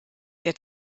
der